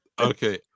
Okay